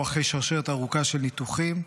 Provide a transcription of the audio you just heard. הוא אחרי שרשרת ארוכה של ניתוחים.